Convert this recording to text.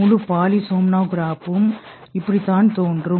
முழு பாலிசோம்னோகிராப்பும் இப்படித்தான் தோன்றும்